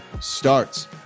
starts